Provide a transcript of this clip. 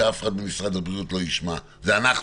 שאף אחד במשרד הבריאות לא ישמע: זה אנחנו,